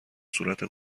صورت